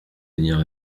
venir